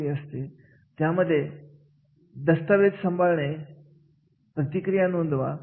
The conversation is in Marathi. आणि अशा खेळांचे प्रात्यक्षिक मधून कर्मचाऱ्यांमध्ये जबाबदारीची जाणीव विकसित केली जाऊ शकते